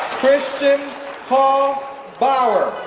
christian paul bauer